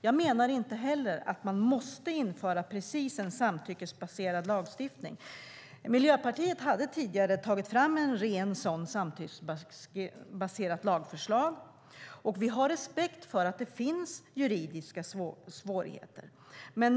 Jag menar inte att man måste införa en samtyckesbaserad lagstiftning. Miljöpartiet har tidigare tagit fram ett samtyckesbaserat lagförslag, och vi har respekt för att det finns juridiska svårigheter med det.